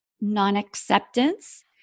non-acceptance